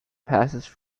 passes